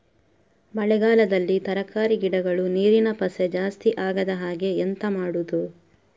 ಮಳೆಗಾಲದಲ್ಲಿ ತರಕಾರಿ ಗಿಡಗಳು ನೀರಿನ ಪಸೆ ಜಾಸ್ತಿ ಆಗದಹಾಗೆ ಎಂತ ಮಾಡುದು?